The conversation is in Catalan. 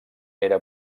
era